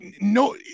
No